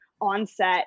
onset